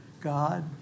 God